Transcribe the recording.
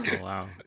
wow